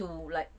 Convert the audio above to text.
to like